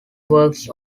works